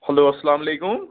hello اَسَلامُ علیکُم